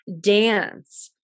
dance